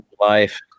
life